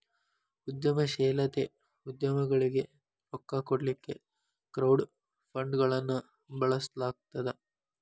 ಉದ್ಯಮಶೇಲತೆ ಉದ್ಯಮಗೊಳಿಗೆ ರೊಕ್ಕಾ ಕೊಡ್ಲಿಕ್ಕೆ ಕ್ರೌಡ್ ಫಂಡ್ಗಳನ್ನ ಬಳಸ್ಲಾಗ್ತದ